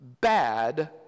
bad